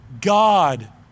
God